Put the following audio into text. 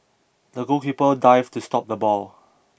the goalkeeper dived to stop the ball